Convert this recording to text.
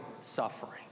suffering